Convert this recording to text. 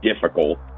difficult